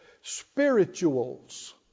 spirituals